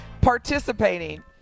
participating